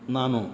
ನಾನು